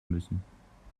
müssen